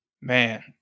man